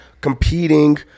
competing